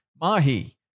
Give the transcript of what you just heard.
mahi